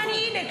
הינה,